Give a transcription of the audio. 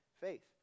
faith